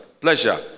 pleasure